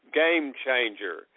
game-changer